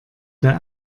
der